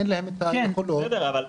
אין להם את היכולות להשתלב.